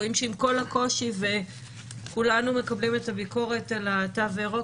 רואים שעם כל הקושי וכולנו מקבלים את הביקורת על התו הירוק,